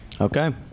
okay